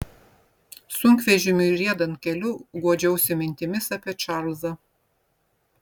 sunkvežimiui riedant keliu guodžiausi mintimis apie čarlzą